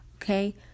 Okay